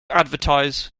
advertise